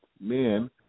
men